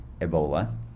Ebola